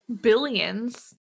billions